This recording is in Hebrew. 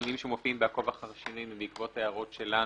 התיקונים שמופיעים ב"עקוב אחר שינויים" הם בעקבות הערות שלנו,